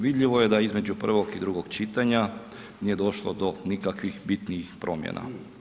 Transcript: Vidljivo je da između prvog i drugog čitanja nije došlo do nikakvih bitnijih promjena.